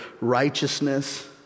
righteousness